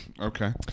Okay